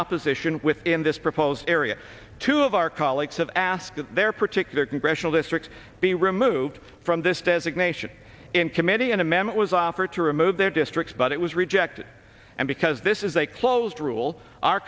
opposition within this proposed area two of our colleagues have asked that their particular congressional district be removed from this designation in committee and a memo was offered to remove their districts but it was rejected and because this is a closed rule our